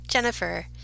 Jennifer